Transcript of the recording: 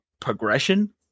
progression